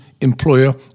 employer